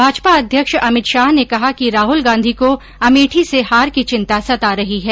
भाजपा अध्यक्ष अमित शाह ने कहा कि राहुल गांधी को अमेठी से हार की चिंता सता रही है